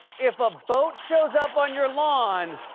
if a boat shows up on your lawn,